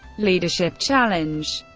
leadership challenge